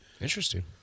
Interesting